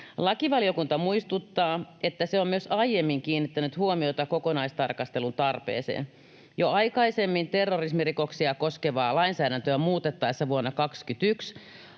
Lakivaliokunta muistuttaa, että se on myös aiemmin kiinnittänyt huomiota kokonaistarkastelun tarpeeseen. Jo aikaisemmin terrorismirikoksia koskevaa lainsäädäntöä muutettaessa vuonna 21